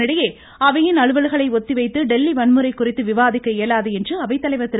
இதனிடையே அவையின் அலுவல்களை ஒத்திவைத்து டெல்லி வன்முறை குறித்து விவாதிக்க இயலாது என்று அவை தலைவர் திரு